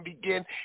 begin